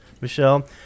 Michelle